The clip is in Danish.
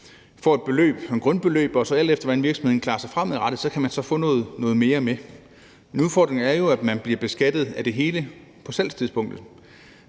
får et beløb som grundbeløb, og alt efter hvordan virksomheden klarer sig fremadrettet, kan man så få noget mere med. Men udfordringen er jo, at man bliver beskattet af det hele på salgstidspunktet,